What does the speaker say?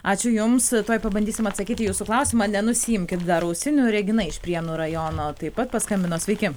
ačiū jums tuoj pabandysim atsakyti į jūsų klausimą nenusiimkit dar ausinių regina iš prienų rajono taip pat paskambino sveiki